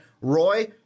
Roy